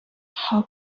how